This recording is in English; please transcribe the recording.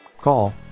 Call